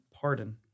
pardon